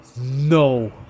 no